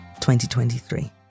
2023